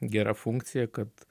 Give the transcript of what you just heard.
gera funkcija kad